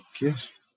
yes